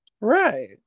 Right